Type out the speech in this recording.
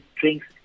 drinks